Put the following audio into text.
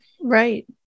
right